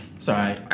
Sorry